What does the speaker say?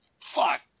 fuck